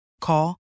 Call